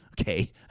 Okay